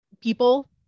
people